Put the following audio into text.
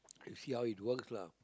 and see how it works lah